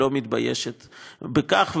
ולא מתביישת בכך,